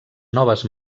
noves